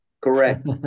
Correct